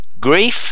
grief